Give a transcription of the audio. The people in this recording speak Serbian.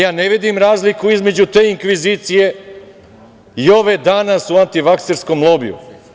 Ja ne vidim razliku između te inkvizicije i ove danas u antivakserskom lobiju.